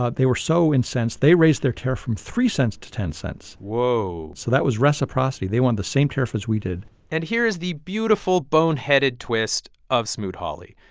ah they were so incensed, they raised their tariff from three cents to ten cents whoa so that was reciprocity. they wanted the same tariff as we did and here is the beautiful boneheaded twist of smoot-hawley.